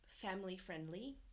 family-friendly